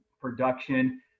production